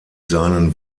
seinen